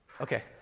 Okay